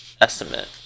estimate